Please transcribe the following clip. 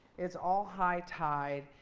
it's all high tide.